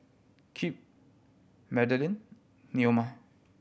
Kip Madelynn Neoma